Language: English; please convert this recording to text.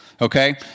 Okay